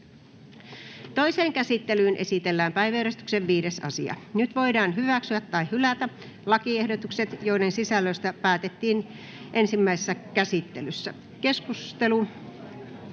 Toiseen käsittelyyn esitellään päiväjärjestyksen 7. asia. Nyt voidaan hyväksyä tai hylätä lakiehdotukset, joiden sisällöstä päätettiin ensimmäisessä käsittelyssä. — Keskustelu,